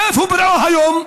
איפה פרעה היום?